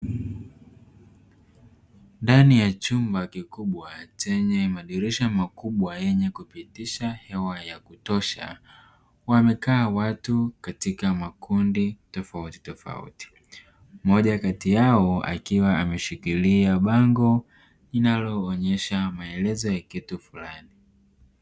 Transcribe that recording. Ndani ya chumba kikubwa chenye madirisha makubwa yenye kupitisha hewa ya kutosha wamekaa watu katika makundi tofautitofauti moja kati yao akiwa ameshikilia bango linaloonyesha maelezo ya kitu fulani.